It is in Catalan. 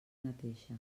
mateixa